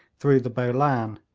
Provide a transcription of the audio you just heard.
through the bolan,